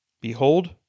Behold